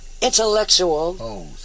intellectual